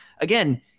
again